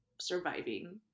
surviving